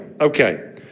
okay